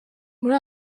muri